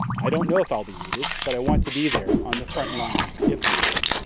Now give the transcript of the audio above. i don't know if i'll be needed, but i want to be there on the front lines, if needed,